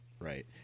Right